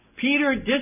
Peter